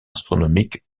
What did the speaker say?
astronomique